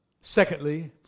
Secondly